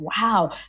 wow